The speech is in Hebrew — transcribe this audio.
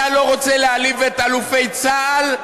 אתה לא רוצה להעליב את אלופי צה"ל?